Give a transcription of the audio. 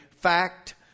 fact